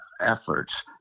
efforts